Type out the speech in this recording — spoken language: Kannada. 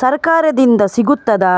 ಸರಕಾರದಿಂದ ಸಿಗುತ್ತದಾ?